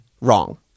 wrong